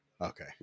Okay